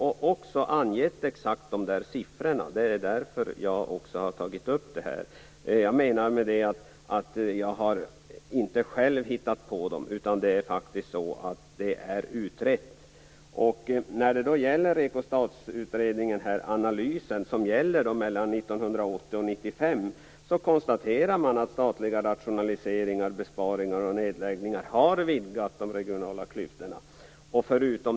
Exakt de siffrorna har man angett i utredningen, och det är därför jag har tagit upp dem här. Jag har inte själv hittat på dem. I REKO-STAT-utredningens analys som avser åren mellan 1980 och 1995 konstaterar man att statliga rationaliseringar, besparingar och nedläggningar har vidgat de regionala klyftorna.